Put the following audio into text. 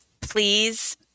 please